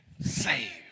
save